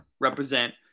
represent